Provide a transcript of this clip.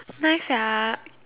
nice sia